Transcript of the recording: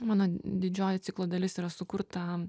mano didžioji ciklo dalis yra sukurta